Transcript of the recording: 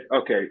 okay